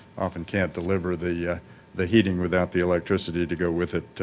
often can't deliver the yeah the heating without the electricity to go with it,